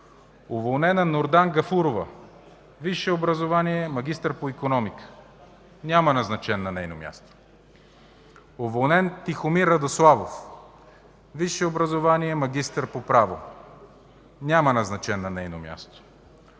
уволнена Нурдан Гафурова, висше образование – магистър по икономика, няма назначен на нейно място; - уволнен Тихомир Радославов, висше образование – магистър по право, няма назначен на негово място;